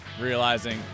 realizing